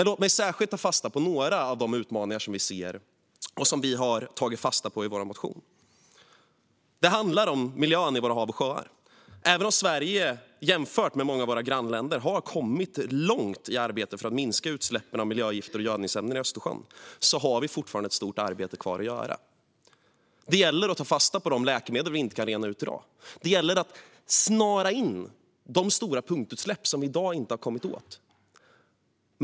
Låt mig särskilt ta upp några av de utmaningar som vi ser och som vi har tagit fasta på i vår motion. Det handlar om miljön i våra hav och sjöar. Även om Sverige jämfört med många av sina grannländer har kommit långt i arbetet för att minska utsläppen av miljögifter och gödningsämnen i Östersjön har vi fortfarande ett stort arbete kvar att göra. Det gäller att ta itu med de läkemedel vi inte kan rena ut i dag och att snara in de stora punktutsläpp som vi inte har kommit åt.